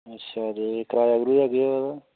अच्छा ते कराया करुया केह् ऐ उदा